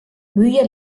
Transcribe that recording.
müüja